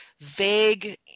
vague